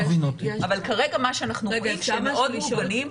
אבל כרגע מה שאנחנו רואים שהם מאוד מוגנים.